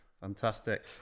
fantastic